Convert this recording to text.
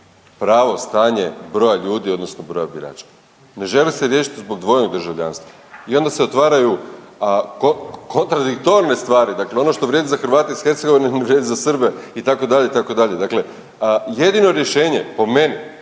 pravo stanje broja ljudi odnosno broja birača. Ne želi se riješiti zbog dvojnog državljanstva i onda se otvaraju kontradiktorne stvari, dakle ono što vrijedi za Hrvate iz Hercegovine, ne vrijedi za Srbe itd., itd.. Dakle jedino rješenje po meni